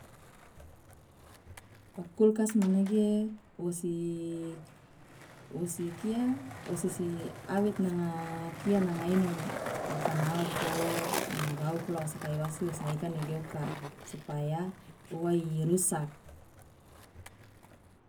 okulkas manege wosi wosi kia wosi awet nanga inomo maruka naoko nanga gauku la wakai wasi wosnoa ika nege oka supaya uwa irusak.